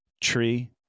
Tree